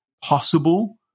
possible